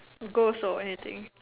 go also anything